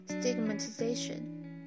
stigmatization